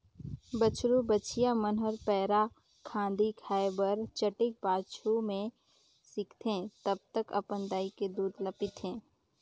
बछरु बछिया मन ह पैरा, कांदी खाए बर चटिक पाछू में सीखथे तब तक अपन दाई के दूद ल पीथे